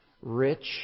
rich